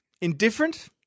Indifferent